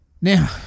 Now